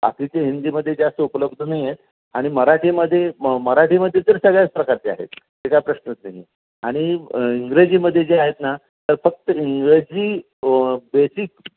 बाकीचे हिंदीमध्य जास्त उपलब्ध नाही आहेत आणि मराठीमध्ये म मराठीमध्ये तर सगळ्याच प्रकारचे आहेत ते काय प्रश्नच नाही आणि इंग्रजीमध्ये जे आहेत ना तर फक्त इंग्रजी बेसिक